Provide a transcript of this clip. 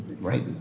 right